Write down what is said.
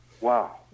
Wow